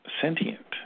sentient